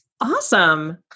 Awesome